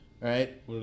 right